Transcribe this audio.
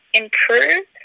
improve